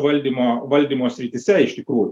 valdymo valdymo srityse iš tikrųjų